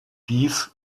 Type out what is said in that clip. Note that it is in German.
dies